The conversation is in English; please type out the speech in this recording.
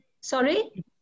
Sorry